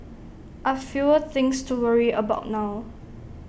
I've fewer things to worry about now